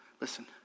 Listen